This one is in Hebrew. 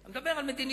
אני מדבר על מדיניות,